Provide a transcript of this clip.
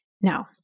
Now